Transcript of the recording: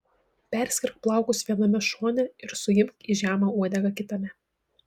perskirk plaukus viename šone ir suimk į žemą uodegą kitame